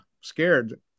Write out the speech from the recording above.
scared